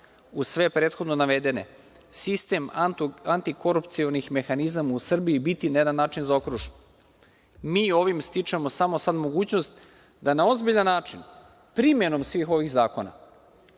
uz sve prethodno navedene, sistem antikorupcionih mehanizama u Srbiji biti na jedan način zaokružen. Mi ovim stičemo samo mogućnost da na ozbiljan način, primenom svih ovih zakona,